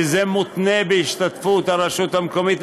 שזה מותנה בהשתתפות הרשות המקומית.